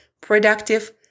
productive